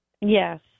Yes